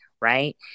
right